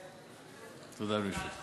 תודה ליושב-ראש.